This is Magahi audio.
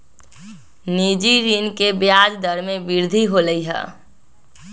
निजी ऋण के ब्याज दर में वृद्धि होलय है